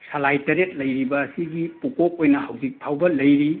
ꯁꯂꯥꯏ ꯇꯔꯦꯠ ꯂꯩꯔꯤꯕ ꯑꯁꯤꯒꯤ ꯄꯨꯀꯣꯛ ꯑꯣꯏꯅ ꯍꯧꯖꯤꯛꯐꯥꯎꯕ ꯂꯩꯔꯤ